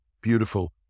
beautiful